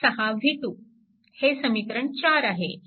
6 v2 हे समीकरण 4 आहे